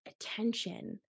attention